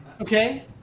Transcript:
Okay